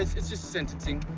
it's just sentencing.